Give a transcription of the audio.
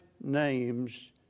names